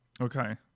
Okay